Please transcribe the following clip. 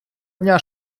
дня